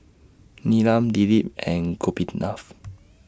Neelam Dilip and Gopinath